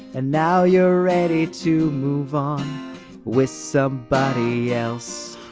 and now you're ready to move on with somebody else.